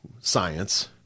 science